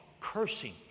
cursing